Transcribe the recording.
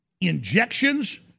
injections